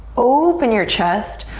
open your chest.